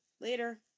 Later